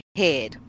head